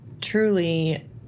truly